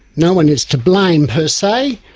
no one is to blame per se,